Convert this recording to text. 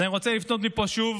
אז אני רוצה לפנות מפה שוב